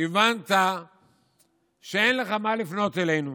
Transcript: הבנת שאין לך מה לפנות אלינו.